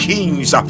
Kings